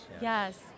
Yes